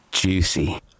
Juicy